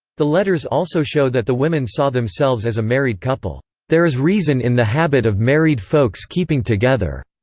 the letters also show that the women saw themselves as a married couple there is reason in the habit of married folks keeping together,